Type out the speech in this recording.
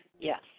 yes